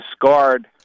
discard